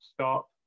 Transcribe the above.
stop